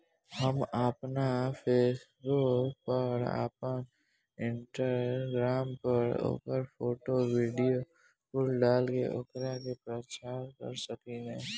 हम आपना फेसबुक पर, आपन इंस्टाग्राम पर ओकर फोटो, वीडीओ कुल डाल के ओकरा के प्रचार कर सकेनी